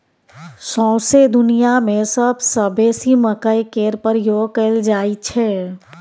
सौंसे दुनियाँ मे सबसँ बेसी मकइ केर प्रयोग कयल जाइ छै